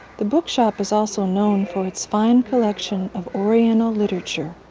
the bookshop is also known for its fine collection of oriental literature.